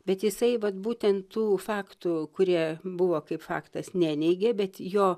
bet jisai vat būtent tų faktų kurie buvo kaip faktas neneigė bet jo